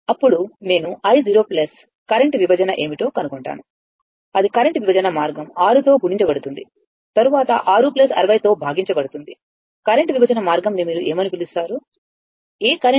అప్పుడు నేను i0 current విభజన ఏమిటో కనుగొంటాను అది కరెంట్ విభజన మార్గం 6 తో గుణించబడుతుంది తరువాత 660తో భాగించబడుతుంది కరెంట్ విభజన మార్గం ని మీరు ఏమని పిలుస్తారు ఏ కరెంట్